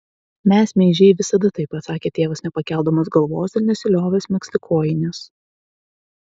mes meižiai visada taip atsakė tėvas nepakeldamas galvos ir nesiliovęs megzti kojinės